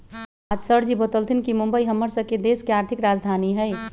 आज सरजी बतलथिन ह कि मुंबई हम्मर स के देश के आर्थिक राजधानी हई